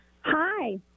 Hi